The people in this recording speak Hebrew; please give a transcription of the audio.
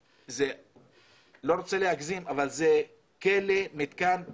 לא רוצה להגזים, אבל זה כלא מתקן עינויים.